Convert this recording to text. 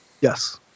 Yes